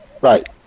right